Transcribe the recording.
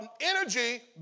energy